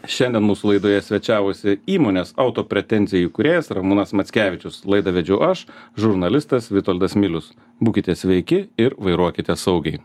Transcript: šiandien mūsų laidoje svečiavosi įmonės auto pretenzija įkūrėjas ramūnas mackevičius laidą vedžiau aš žurnalistas vitoldas milius būkite sveiki ir vairuokite saugiai